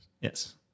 Yes